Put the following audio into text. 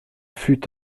fut